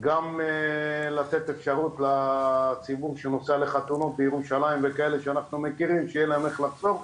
גם לתת אפשרות לציבור שנוסע לחתונות בירושלים שיהיה להם איך לחזור,